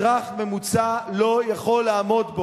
אזרח ממוצע לא יכול לעמוד בו.